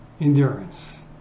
endurance